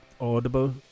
audible